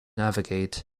navigate